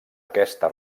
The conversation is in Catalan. aquesta